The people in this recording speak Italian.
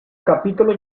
capitolo